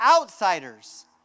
outsiders